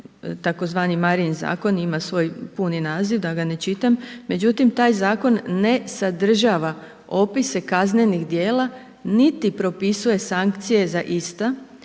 tzv. Marijin zakon i ima svoj puni naziv, da ga ne čitam. Međutim, taj Zakon ne sadržava opise kaznenih djela niti propisuje sankcije za ista,